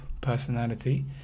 personality